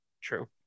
True